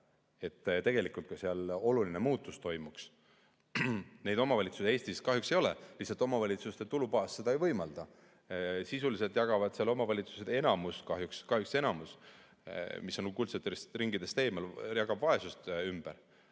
et tegelikult ka seal oluline muutus toimuks! Neid omavalitsusi Eestis kahjuks ei ole, lihtsalt omavalitsuste tulubaas seda ei võimalda. Sisuliselt jagab enamus omavalitsusi – kahjuks enamus –, mis kuldsetest ringidest eemal, vaesust ümber.